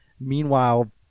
Meanwhile